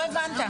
לא הבנת.